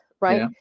right